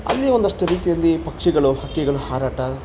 ಅಲ್ಲಿ ಒಂದಷ್ಟು ರೀತಿಯಲ್ಲಿ ಪಕ್ಷಿಗಳು ಹಕ್ಕಿಗಳು ಹಾರಾಟ